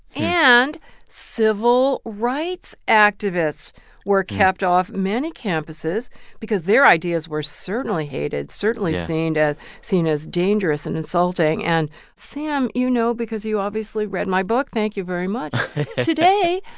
and civil rights activists were kept off many campuses because their ideas were certainly hated, certainly seen as seen as dangerous and insulting. and sam, you know because you obviously read my book. thank you very much today,